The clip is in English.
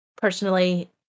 personally